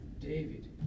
David